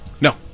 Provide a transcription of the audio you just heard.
No